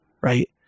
right